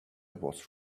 was